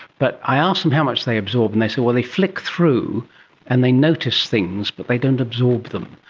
but i ask them how much they absorb and they say, well, they flick through and they notice things but they don't absorb absorb them.